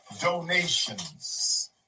donations